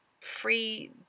free